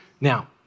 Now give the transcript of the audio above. Now